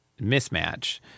mismatch